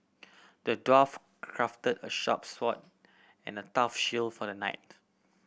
the dwarf crafted a sharp sword and a tough shield for the knight